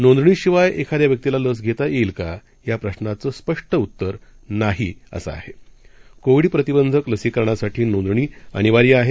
नोंदणीशिवायखिाद्याव्यक्तीलालसघेतायेईलका याप्रश्नाचंस्पष्टउत्तरनाहीअसंआहे कोविडप्रतिबंधकलसीकरणासाठीनोंदणीअनिवार्यआहे